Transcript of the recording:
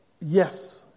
yes